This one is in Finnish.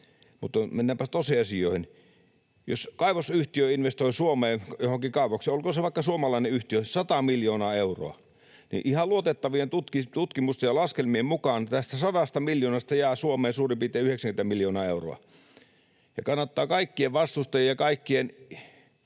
Mutta mennäänpä tosiasioihin. Jos kaivosyhtiö investoi Suomeen johonkin kaivokseen, olkoon se vaikka suomalainen yhtiö, 100 miljoonaa euroa, niin ihan luotettavien tutkimusten ja laskelmien mukaan tästä 100 miljoonasta jää Suomeen suurin piirtein 90 miljoonaa euroa. Ja kannattaa kaikkien vastustajien ja kaikkien